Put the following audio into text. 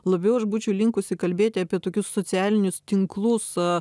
labiau aš būčiau linkusi kalbėti apie tokius socialinius tinklus